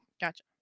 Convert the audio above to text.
gotcha